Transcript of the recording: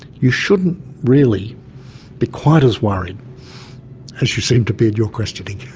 you shouldn't really be quite as worried as you seem to be in your questioning.